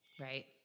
Right